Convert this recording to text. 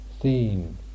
seen